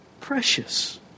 precious